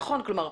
נכון,